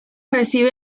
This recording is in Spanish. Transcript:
recibe